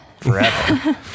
forever